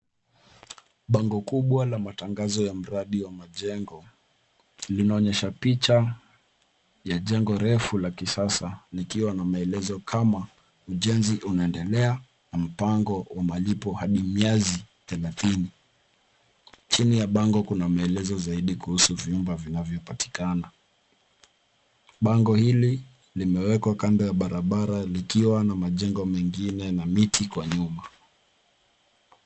Bango kubwa la matangazo ya mradi wa majengo. Linaonyesha picha ya jengo refu, la kisasa likiwa na maelezo kama ujenzi unaendelea na mpango wa malipo hadi miezi thelathini. Chini ya bango kuna maelezo zaidi kuhusu vyumba vinavyopatikana. Bango hili limewekwa kando ya barabara, likiwa na majengo mengine na miti kwa nyuma.